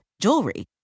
jewelry